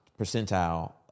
percentile